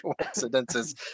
coincidences